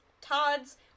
todd's